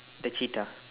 the cheetah